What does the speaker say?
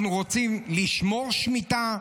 אנחנו רוצים לשמור שמיטה,